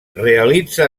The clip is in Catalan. realitza